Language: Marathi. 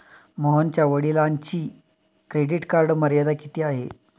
मोहनच्या वडिलांची क्रेडिट कार्ड मर्यादा किती आहे?